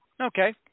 Okay